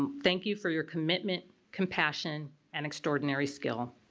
um thank you for your commitment, compassion, and extraordinary skill.